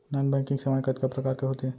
non banking सेवाएं कतका प्रकार के होथे